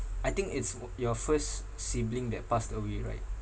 I think it's your first sibling that passed away right